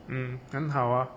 嗯很好啊